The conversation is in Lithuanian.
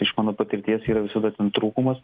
iš mano patirties yra visada ten trūkumas